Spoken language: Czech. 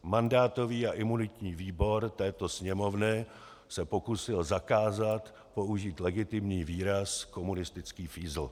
Mandátový a imunitní výbor této Sněmovny se pokusil zakázat použít legitimní výraz komunistický fízl.